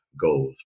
goals